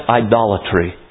idolatry